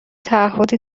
تعهدی